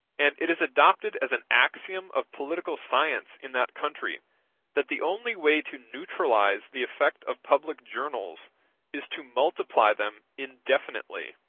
and it is adopted as an axiom of political science in that country that the only way to neutralize the effect of public journals is to multiply them indefinitely.